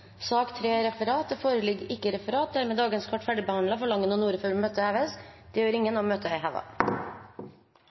Det foreligger ikke referat. Dermed er dagens kart ferdigbehandlet. Forlanger noen ordet før møtet heves? Det gjør ingen, og møtet er